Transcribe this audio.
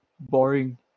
boring